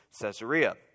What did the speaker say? Caesarea